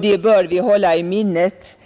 Det bör vi hålla i minnet